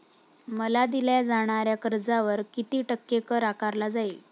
मला दिल्या जाणाऱ्या कर्जावर किती टक्के कर आकारला जाईल?